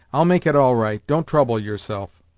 i'll make it all right don't trouble yourself